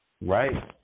Right